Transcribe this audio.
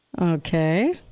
Okay